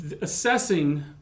assessing